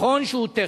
נכון שהוא טכני,